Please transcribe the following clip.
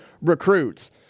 recruits